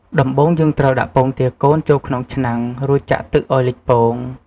ដំបូងយើងត្រូវ ដាក់ពងទាកូនចូលក្នុងឆ្នាំង រួចចាក់ទឹកឱ្យលិចពង។